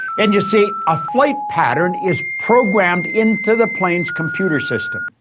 and you see, a flight pattern is programmed into the plane's computer system.